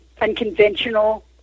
unconventional